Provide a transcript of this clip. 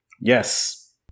Yes